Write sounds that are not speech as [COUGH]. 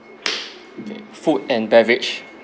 [NOISE] okay food and beverage